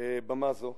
במה זו,